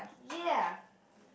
ya